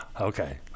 Okay